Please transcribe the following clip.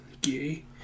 Gay